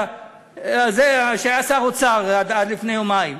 זה שהיה שר אוצר עד לפני יומיים?